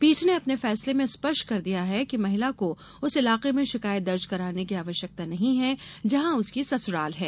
पीठ ने अपने फैसले में स्पष्ट कर दिया है कि महिला को उस इलाके में शिकायत दर्ज कराने की आवश्यकता नहीं है जहां उसकी ससुराल है